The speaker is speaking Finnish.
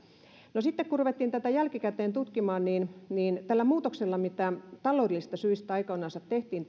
sitten kun ruvettiin tätä jälkikäteen tutkimaan niin niin tällä muutoksella tällä rajauksella mikä taloudellisista syistä aikoinansa tehtiin